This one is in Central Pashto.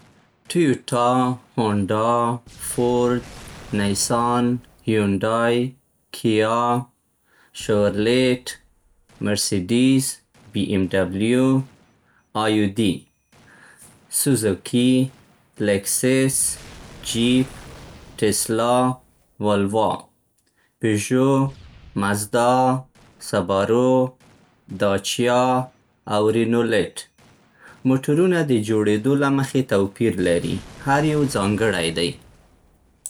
ټویوټا، هونډا، فورد، نیسان، هیونډای. کیا، شېورلېټ، مرسډیز، بی‌ام‌ډبلیو، آئودي. سوزوکي، لېکسس، جیپ، ټسلا، ولوا. پژو، مزدا، سبارو، داچیا، او رېنولټ. موټرونه د جوړېدو له مخې توپیر لري، هر یو ځانګړی دی.